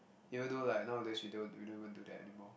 even though like nowadays we don't we don't even do that anymore